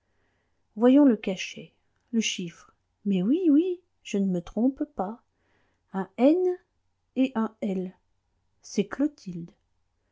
voyons le cachet le chiffre mais oui oui je ne me trompe pas un n et un l c'est clotilde